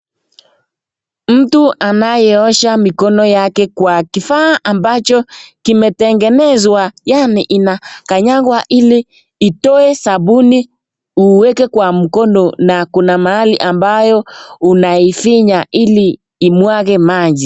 Mtu anayeosha mikono yake kwa kifaa ambacho kimetengenezwa yaani inakanyagwa ili itoe sabuni uweke kwa mkono na kuna mahali ambayo unaifinya ili imwage maji.